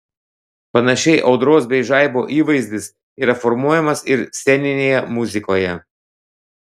panašiai audros bei žaibo įvaizdis yra formuojamas ir sceninėje muzikoje